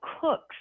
cooks